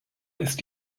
ist